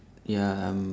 ya I'm